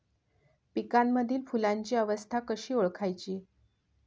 पिकांमधील फुलांची अवस्था कशी ओळखायची?